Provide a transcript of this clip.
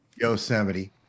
Yosemite